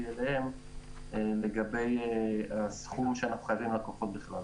אליהם לגבי הסכום שאנחנו חייבים ללקוחות בכלל.